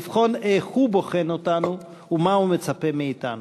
לבחון איך הוא בוחן אותנו ולמה הוא מצפה מאתנו.